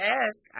ask